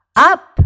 up